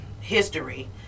history